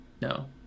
no